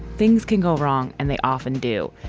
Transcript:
things can go wrong and they often do.